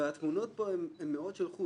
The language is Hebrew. והתמונות פה הן מאוד של חוץ.